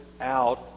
out